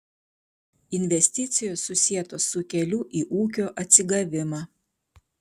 investicijos susietos su keliu į ūkio atsigavimą